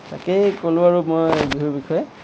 তাকেই ক'লোঁ আৰু মই বিহুৰ বিষয়ে